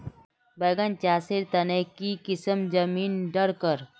बैगन चासेर तने की किसम जमीन डरकर?